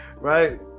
Right